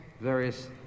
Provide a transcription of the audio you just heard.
various